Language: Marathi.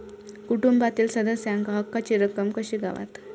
कुटुंबातील सदस्यांका हक्काची रक्कम कशी गावात?